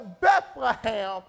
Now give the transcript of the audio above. Bethlehem